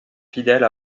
fidèles